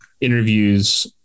interviews